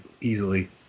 easily